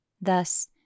Thus